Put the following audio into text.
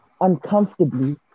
uncomfortably